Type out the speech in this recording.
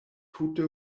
tute